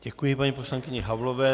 Děkuji paní poslankyni Havlové.